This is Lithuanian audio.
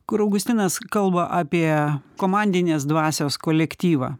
kur augustinas kalba apie komandinės dvasios kolektyvą